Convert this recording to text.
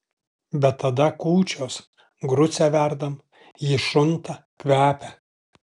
bet tada kūčios grucę verdam ji šunta kvepia